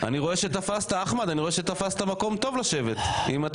אני רואה שתפסת מקום טוב לשבת אם אתה